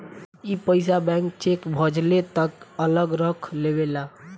ई पइसा bank cheque भजले तक अलग रख लेवेला